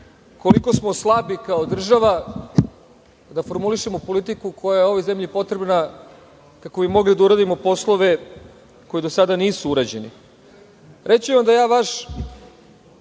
koliko smo slabi kao država da formulišemo politiku koja je ovoj zemlji potrebna kako bi mogli da uradimo poslove koji do sada nisu urađeni. Reći ću vam da vaš